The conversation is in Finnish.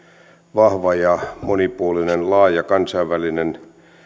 vahva ja monipuolinen laaja kansainvälinen